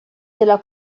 della